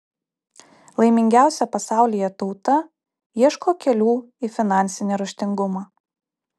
laimingiausia pasaulyje tauta ieško kelių į finansinį raštingumą